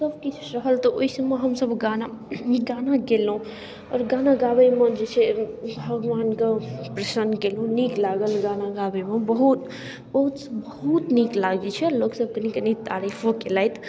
सबकिछु रहल तऽ ओहिसबमे हमसब गाना गाना गेलहुँ आओर गाना गाबैमे जे छै भगवानके प्रसन्न कयलहुँ नीक लागल गाना गाबैमे बहुत बहुत बहुत नीक लागैत छै लोकसब कनी कनी तारीफो कयलथि